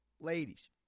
ladies